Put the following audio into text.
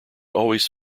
always